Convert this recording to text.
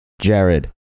Jared